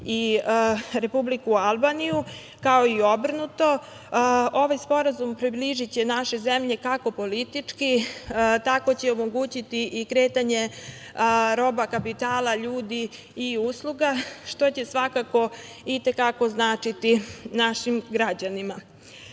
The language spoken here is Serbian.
i Republiku Albaniju, kao i obrnuto. Ovaj sporazum približiće naše zemlje kako politički, tako će omogućiti i kretanje roba, kapitala, ljudi i usluga, što će svakako i te kako značiti našim građanima. Ovo